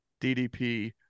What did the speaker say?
DDP